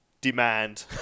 Demand